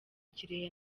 kirehe